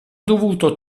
dovuto